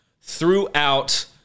throughout